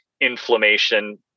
inflammation